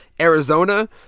Arizona